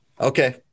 Okay